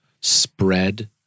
spread